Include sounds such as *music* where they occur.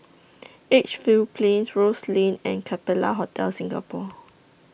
*noise* Edgefield Plains Rose Lane and Capella Hotel Singapore